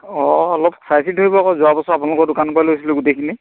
অঁ অলপ চাই চিতি ধৰিব আকৌ যোৱা বছৰো আপোনালোকৰ দোকানৰ পৰা লৈছিলো গোটেইখিনি